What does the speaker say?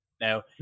now